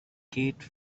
kate